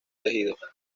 tejidos